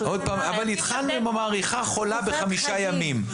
אבל התחלנו אם המעריכה חולה בחמישה ימים.